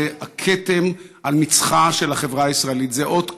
זה הכתם על מצחה של החברה הישראלית, זה אות קין.